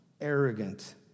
arrogant